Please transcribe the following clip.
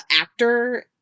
actor